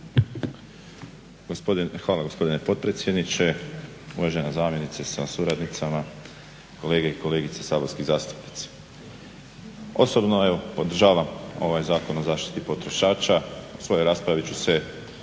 Hvala, gospodine potpredsjedniče. Uvažena zamjenice sa suradnicama, kolege i kolegice saborski zastupnici. Osobno evo podržavam ovaj Zakon o zaštiti potrošača, u svojoj raspravi ću se